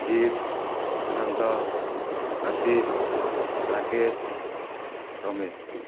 ଜିତ Sushant Ashish Rakesh Ramesh